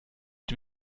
die